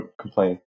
complain